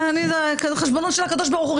אני חשבונו של הקדוש ברוך הוא,